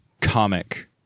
comic